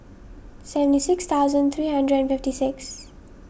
seventy six thousand three hundred and fifty six